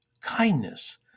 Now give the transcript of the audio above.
kindness